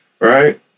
right